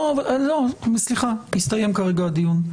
לא, סליחה, הסתיים כרגע הדיון.